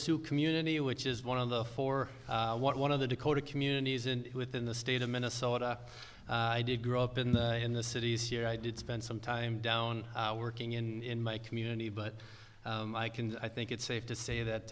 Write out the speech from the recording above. sioux community which is one of the four one of the dakota communities and within the state of minnesota i did grow up in the in the cities year i did spend some time down working in my community but i can i think it's safe to say that